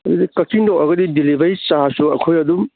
ꯑꯗꯨꯗꯤ ꯀꯛꯆꯤꯡꯗ ꯑꯣꯏꯔꯒꯗꯤ ꯗꯦꯂꯤꯕꯔꯤ ꯆꯥꯔꯖꯁꯨ ꯑꯩꯈꯣꯏ ꯑꯗꯨꯝ